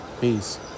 Peace